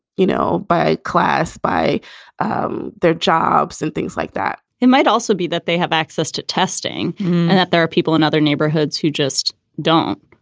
you know, by class, by um their jobs and things like that it might also be that they have access to testing and that there are people in other neighborhoods who just don't.